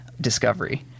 discovery